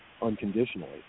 unconditionally